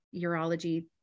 urology